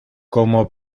como